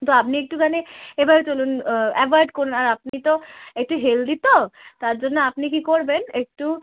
তো আপনি একটুখানি এভাবে চলুন অ্যাভয়েড করুন আর আপনি তো একটু হেলদি তো তার জন্য আপনি কী করবেন একটু